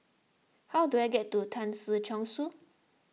how do I get to Tan Si Chong Su